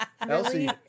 Elsie